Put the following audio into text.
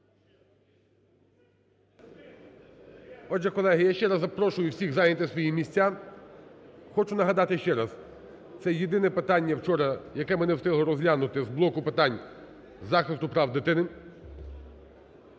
Отже, колеги, я ще раз запрошую всіх зайняти свої місця. Хочу нагадати ще раз, це єдине питання вчора, яке ми не встигли розглянути з блоку питань захисту прав дитини.